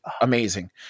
amazing